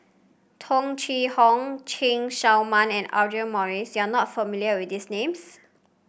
Tung Chye Hong Chen Show Mao and Audra Morrice you are not familiar with these names